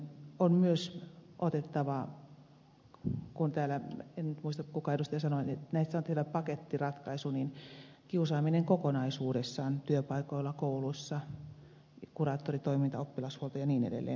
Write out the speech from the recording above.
on myös otettava mukaan en nyt muista kuka edustaja sanoi että näistä on tehtävä pakettiratkaisu kiusaaminen kokonaisuudessaan työpaikoilla kouluissa kuraattoritoiminta oppilashuolto ja niin edelleen